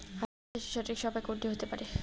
আলু চাষের সঠিক সময় কোন টি হতে পারে?